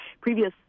Previous